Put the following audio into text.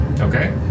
Okay